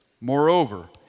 Moreover